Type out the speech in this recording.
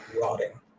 rotting